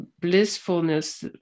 blissfulness